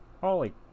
Holy